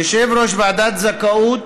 יושב-ראש ועדת זכאות